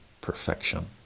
perfection